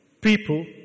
people